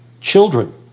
children